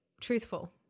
truthful